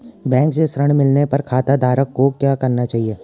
Bank से ऋण मिलने पर खाताधारक को क्या करना चाहिए?